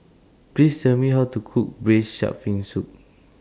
Please Tell Me How to Cook Braised Shark Fin Soup